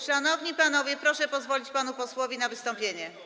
Szanowni panowie, proszę pozwolić panu posłowi na wystąpienie.